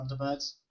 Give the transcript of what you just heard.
Thunderbirds